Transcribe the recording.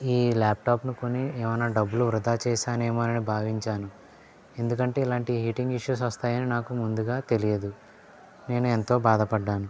ఈ ల్యాప్టాప్ని కొని ఏమన్న డబ్బులు వృధా చేశాను ఏమో అని భావించాను ఎందుకంటే ఇలాంటి హీటింగ్ ఇష్యూస్ వస్తాయని నాకు ముందుగా తెలియదు నేను ఎంతో బాధపడ్డాను